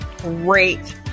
Great